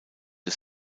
des